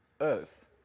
earth